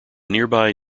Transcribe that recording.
nearby